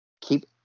keep